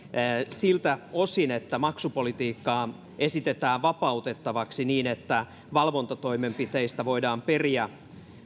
siltä osin että maksupolitiikkaa esitetään vapautettavaksi niin että valvontatoimenpiteistä voidaan periä